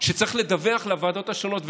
שצריך לדווח לוועדות השונות,